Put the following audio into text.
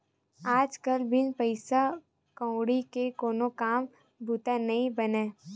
आज कल बिन पइसा कउड़ी के कोनो काम बूता नइ बनय